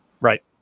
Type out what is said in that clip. Right